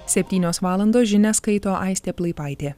septynios valandos žinias skaito aistė plaipaitė